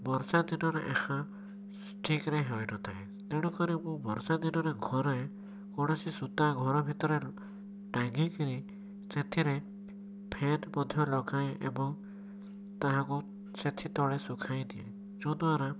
ବର୍ଷାଦିନରେ ଏହା ଠିକରେ ହୋଇନଥାଏ ତେଣୁକରି ମୁଁ ବର୍ଷାଦିନରେ ଘରେ କୌଣସି ସୂତା ଘର ଭିତରେ ଟାଙ୍ଗିକରି ସେଥିରେ ଫ୍ୟାନ୍ ମଧ୍ୟ ଲଗାଏ ଏବଂ ତାହାକୁ ସେଥି ତଳେ ଶୁଖାଇଦିଏ ଯାହାଦ୍ୱାରା